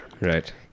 Right